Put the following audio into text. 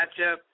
matchup